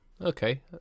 okay